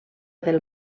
del